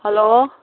hello